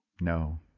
no